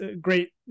great